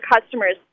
customer's